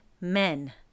men